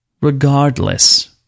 regardless